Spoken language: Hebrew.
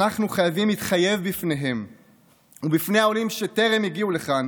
אנחנו חייבים להתחייב בפניהם ובפני העולים שטרם הגיעו לכאן